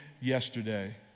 yesterday